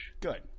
Good